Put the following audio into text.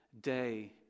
day